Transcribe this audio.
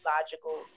logical